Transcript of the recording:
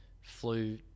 flew